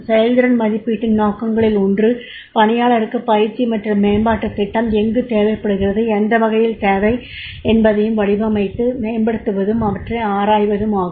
செயல்திறன் மதிப்பீட்டின் நோக்கங்களில் ஒன்று பணியாளருக்கு பயிற்சி மற்றும் மேம்பாட்டுத் திட்டம் எங்கு தேவைப்படுகிறது எந்த வகையில் தேவை என்பதையும் வடிவமைத்து மேம்படுத்துவதும் அவற்றை ஆராய்வதும் ஆகும்